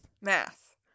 Math